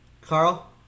Carl